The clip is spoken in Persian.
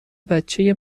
بچه